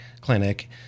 clinic